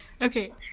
okay